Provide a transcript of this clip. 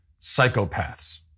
psychopaths